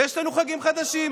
ויש לנו חגים חדשים.